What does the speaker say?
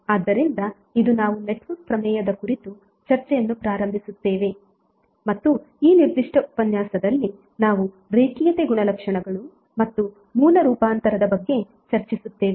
ಆದ್ದರಿಂದ ಇಂದು ನಾವು ನೆಟ್ವರ್ಕ್ ಪ್ರಮೇಯದ ಕುರಿತು ಚರ್ಚೆಯನ್ನು ಪ್ರಾರಂಭಿಸುತ್ತೇವೆ ಮತ್ತು ಈ ನಿರ್ದಿಷ್ಟ ಉಪನ್ಯಾಸದಲ್ಲಿ ನಾವು ರೇಖೀಯತೆ ಗುಣಲಕ್ಷಣಗಳು ಮತ್ತು ಮೂಲ ರೂಪಾಂತರದ ಬಗ್ಗೆ ಚರ್ಚಿಸುತ್ತೇವೆ